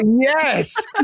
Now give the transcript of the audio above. yes